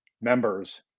members